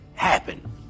happen